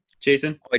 jason